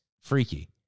freaky